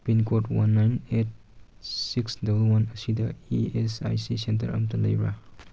pincode one nine eight six double one ꯑꯁꯤꯗ E S I C centre ꯑꯝꯇ ꯂꯩꯕ꯭ꯔꯥ